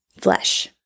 flesh